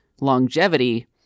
longevity